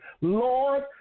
Lord